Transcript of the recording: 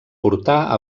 portar